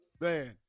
Man